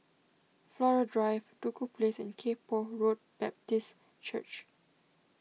Flora Drive Duku Place and Kay Poh Road Baptist Church